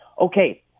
okay